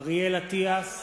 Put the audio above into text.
אריאל אטיאס,